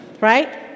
Right